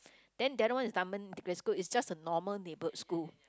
then the other one is Dunman-Integrated-School is just a normal neighbourhood school